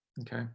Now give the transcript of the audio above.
okay